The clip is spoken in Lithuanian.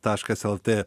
taškas lt